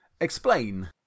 explain